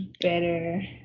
better